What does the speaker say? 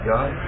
God